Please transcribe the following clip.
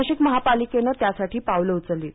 नाशिक महापालिकेनं त्यासाठी पावलं उचललीत